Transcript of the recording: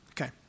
Okay